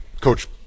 coach